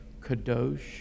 Kadosh